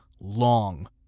long